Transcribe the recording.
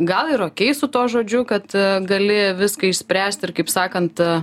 gal ir okei su tuo žodžiu kad gali viską išspręsti ir kaip sakant ta